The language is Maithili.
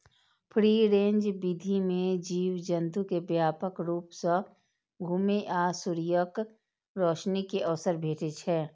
फ्री रेंज विधि मे जीव जंतु कें व्यापक रूप सं घुमै आ सूर्यक रोशनी के अवसर भेटै छै